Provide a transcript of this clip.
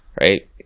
right